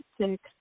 six